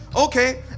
okay